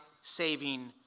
saving